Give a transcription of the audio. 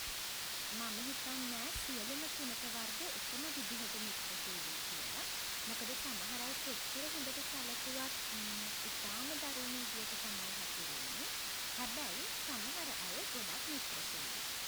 මම හිතන්නෑ සියලුම සුනඛ වර්ග එකම විදිහට මිත්‍රශීලී කියලා. මොකද සමහර අය කොච්චර හොදට සැලකුවත් ඉතාමත්ම දරුණු විදිහට තමයි හැසිරෙන්නෙ. හැබැයි සමහර අය ගොඩක් මිත්‍රශීලී.